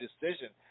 decision